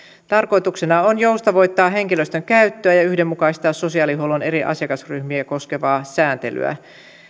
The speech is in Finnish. tarkoituksena on joustavoittaa henkilöstön käyttöä ja yhdenmukaistaa sosiaalihuollon eri asiakasryhmiä koskevaa sääntelyä